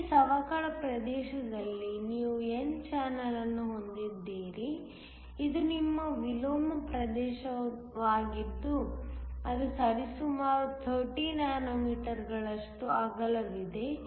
ಈ ಸವಕಳಿ ಪ್ರದೇಶದಲ್ಲಿ ನೀವು n ಚಾನೆಲ್ ಅನ್ನು ಹೊಂದಿದ್ದೀರಿ ಇದು ನಿಮ್ಮ ವಿಲೋಮ ಪ್ರದೇಶವಾಗಿದ್ದು ಅದು ಸರಿಸುಮಾರು 30 ನ್ಯಾನೊಮೀಟರ್ಗಳಷ್ಟು ಅಗಲವಿದೆ